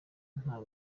nta